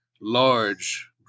large